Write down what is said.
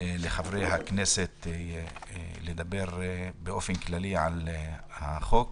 לחברי הכנסת לדבר באופן כללי על החוק,